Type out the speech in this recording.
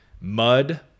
Mud